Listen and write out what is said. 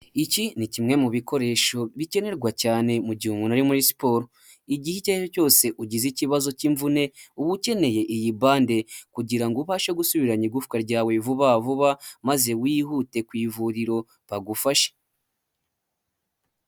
Iki ni kimwe mu bikoresho bikenerwa cyane mu gihe umuntu ari muri siporo. Igihe icyo ari cyo cyose ugize ikibazo cy'imvune, uba ukeneye iyi bande kugira ngo ubashe gusubiranya igufwa ryawe vuba vuba maze wihute ku ivuriro bagufashe.